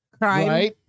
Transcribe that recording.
crime